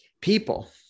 people